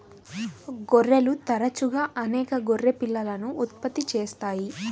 గొర్రెలు తరచుగా అనేక గొర్రె పిల్లలను ఉత్పత్తి చేస్తాయి